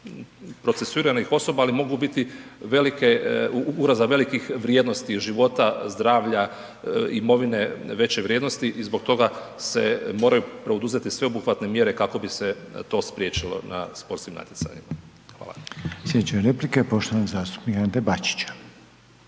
procesuiranih osoba, ali mogu biti velike ugroza velikih vrijednosti života, zdravlja, imovine veće vrijednosti i zbog toga se moraju poduzeti sveobuhvatne mjere kako bi se to spriječilo na sportskim natjecanjima. Hvala. **Reiner, Željko (HDZ)** Sljedeća replika